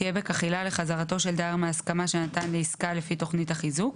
תהיה בכך עילה לחזרתו של דייר מהסכמה שנתן לעסקה לפי תוכנית החיזוק,